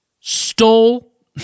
stole